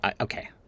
okay